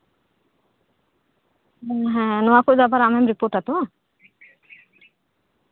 ᱦᱮᱸ ᱱᱚᱣᱟ ᱠᱚᱫᱚ ᱟᱢᱮᱢ ᱨᱤᱯᱳᱨᱴᱟ ᱛᱚ